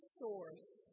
source